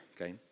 okay